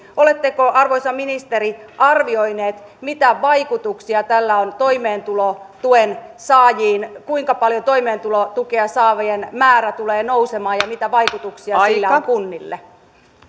oletteko arvoisa ministeri arvioinut mitä vaikutuksia tällä on toimeentulotuen saajiin kuinka paljon toimeentulotukea saavien määrä tulee nousemaan ja ja mitä vaikutuksia sillä on kunnille